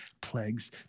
plagues